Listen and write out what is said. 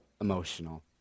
emotional